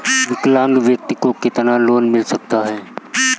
विकलांग व्यक्ति को कितना लोंन मिल सकता है?